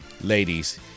ladies